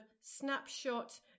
snapshot